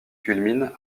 culmine